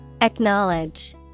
Acknowledge